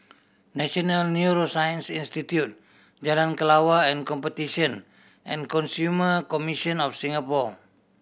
National Neuroscience Institute Jalan Kelawar and Competition and Consumer Commission of Singapore